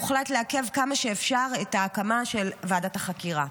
הוחלט לעכב כמה שאפשר את ההקמה של ועדת החקירה.